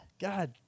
God